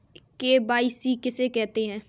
KYC किसे कहते हैं?